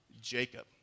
Jacob